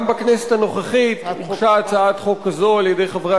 גם בכנסת הנוכחית הוגשה הצעת חוק כזו על-ידי חברי